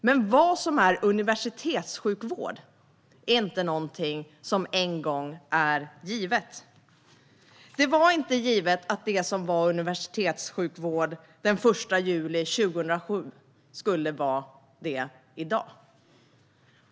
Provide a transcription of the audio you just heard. Men vad som är universitetssjukvård är inte någonting som är en gång givet. Det var inte givet att det som var universitetssjukvård den 1 juli 2007 skulle vara det i dag.